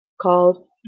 called